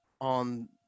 on